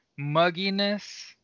mugginess